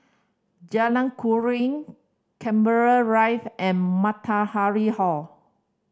Jalan Keruing Canberra Rive and Matahari Hall